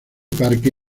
parque